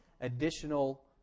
additional